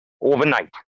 overnight